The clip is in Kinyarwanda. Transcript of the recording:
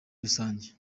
rusange